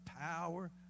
power